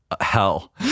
hell